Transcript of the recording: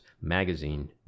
magazine